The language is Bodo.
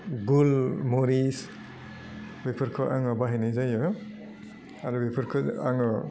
गुल मुरिस बेफोरखौ आङो बाहायनाय जायो आरो बेफोरखौ आङो